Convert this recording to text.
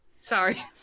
Sorry